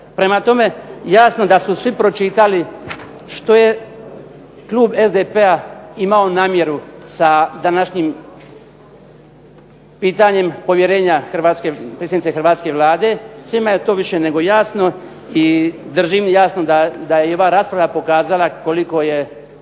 Prema tome, jasno da su svi pročitali što je klub SDP-a imao namjeru sa današnjim pitanjem povjerenja predsjednici hrvatske Vlade. Svima je to više nego jasno i držim jasno da je i ova rasprava pokazala koliko je